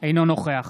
אינו נוכח